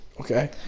Okay